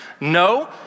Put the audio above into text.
No